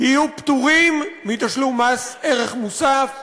יהיו פטורים מתשלום מס ערך מוסף,